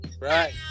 Right